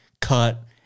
cut